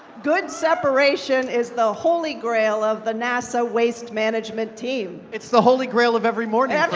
good separation, is the holy grail of the nasa waste management team. it's the holy grail of every morning